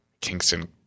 Kingston